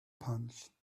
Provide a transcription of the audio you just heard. punch